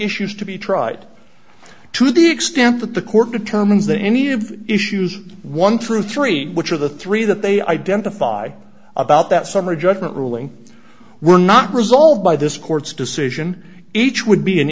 issues to be tried to the extent that the court determines that any of the issues one through three which are the three that they identify about that summary judgment ruling were not resolved by this court's decision each would be an